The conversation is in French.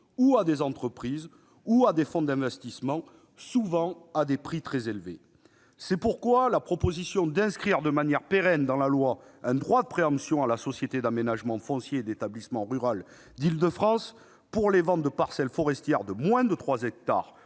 à des entreprises ou à des fonds d'investissement, souvent à des prix très élevés. C'est pourquoi la proposition d'inscrire de manière pérenne dans la loi un droit de préemption à la société d'aménagement foncier et d'établissement rural de l'Île-de-France pour les ventes de parcelles forestières de moins de trois hectares,